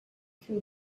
can